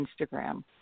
Instagram